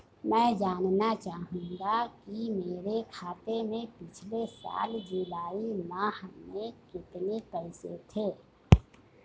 मैं जानना चाहूंगा कि मेरे खाते में पिछले साल जुलाई माह में कितने पैसे थे?